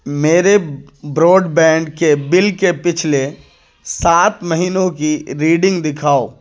میرے براڈبینڈ کے بل کے پچھلے سات مہینوں کی ریڈنگ دکھاؤ